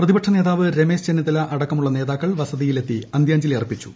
പ്രതിപക്ഷ നേതാവ് രമേശ് ചെന്നിത്തല അടക്കമുള്ള നേതാക്കൾ വസതിയിലെത്തി അന്ത്യാഞ്ജലി അർപ്പിച്ചു